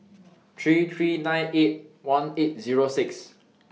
three three nine eight one eight Zero six